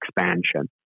expansion